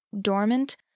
dormant